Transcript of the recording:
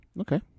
Okay